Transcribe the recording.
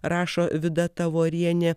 rašo vida tavorienė